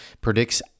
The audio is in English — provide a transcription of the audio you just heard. predicts